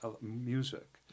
music